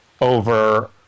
over